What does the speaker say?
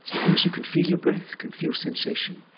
as you can feel your breath, can feel sensation,